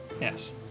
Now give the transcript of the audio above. Yes